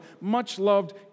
much-loved